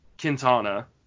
Quintana